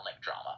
drama